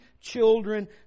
children